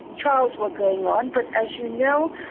trials were going on but, as you know,